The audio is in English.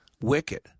Wicked